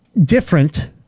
different